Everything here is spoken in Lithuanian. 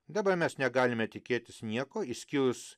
dabar mes negalime tikėtis nieko išskyrus